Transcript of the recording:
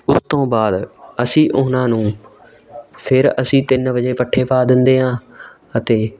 ਉਸ ਤੋਂ ਬਾਅਦ ਅਸੀਂ ਉਹਨਾਂ ਨੂੰ ਫਿਰ ਅਸੀਂ ਤਿੰਨ ਵਜੇ ਪੱਠੇ ਪਾ ਦਿੰਦੇ ਹਾਂ ਅਤੇ